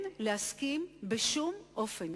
אין להסכים בשום אופן,